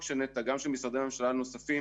של נת"ע אלא גם של משרדי ממשלה נוספים